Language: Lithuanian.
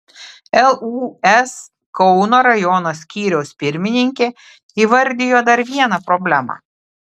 lūs kauno rajono skyriaus pirmininkė įvardijo dar vieną problemą